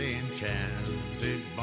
enchanted